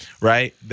right